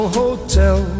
hotel